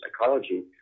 Psychology